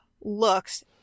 looks